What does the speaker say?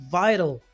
vital